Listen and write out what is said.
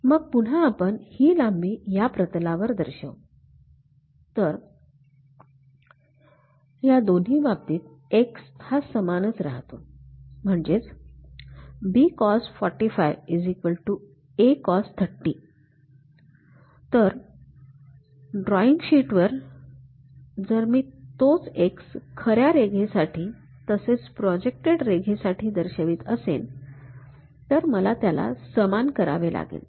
मग पुन्हा आपण ही लांबी या प्रतलावर दर्शवू तर या दोन्ही बाबतीत X हा समानच राहतो म्हणजे बी कॉस४५ A कॉस३० B cos A cos तर ड्रॉईंग शीट वर जर मी तोच X खऱ्या रेघेसाठी तसेच प्रोजेक्टेड रेघेसाठी दर्शिवित असेन तर मला त्याला समान करावे लागेल